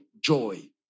joy